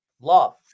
Love